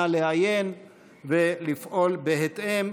נא לעיין ולפעול בהתאם.